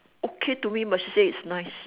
okay to me but she say it's nice